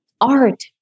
art